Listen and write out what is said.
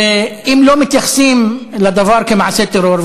ואם לא מתייחסים לדבר כמעשה טרור,